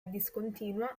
discontinua